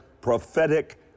prophetic